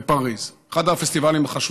בפריז, אחד הפסטיבלים החשובים,